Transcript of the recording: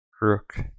Rook